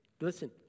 Listen